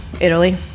Italy